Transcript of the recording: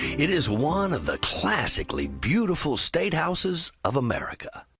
it is one of the classically beautiful state houses of america.